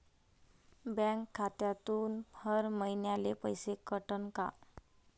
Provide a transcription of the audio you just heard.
Bank खात्यातून हर महिन्याले पैसे कटन का?